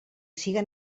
siga